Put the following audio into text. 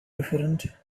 different